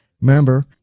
Remember